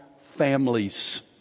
families